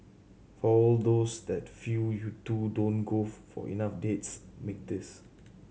for all those that feel you two don't golf for enough dates make this